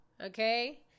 okay